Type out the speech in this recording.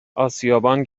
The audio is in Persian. اسیابان